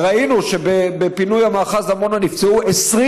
וראינו שבפינוי המאחז עמונה נפצעו 23